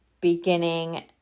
beginning